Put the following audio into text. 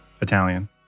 Italian